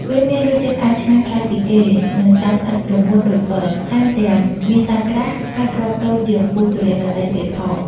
វាមានរសជាតិផ្អែមឆ្ងាញ់ប្លែកពីគេ និងសាច់ស្អិតរមួតដូចប៊័រ ថែមទាំងមានសាច់ក្រាស់ ហើយគ្រាប់តូចជាងពូជទុរេនដទៃទៀតផង។